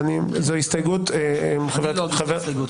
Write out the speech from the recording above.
זו הסתייגות --- אני לא אגיש את ההסתייגות.